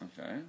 Okay